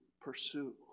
pursue